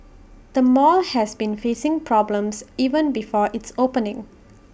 the mall has been facing problems even before its opening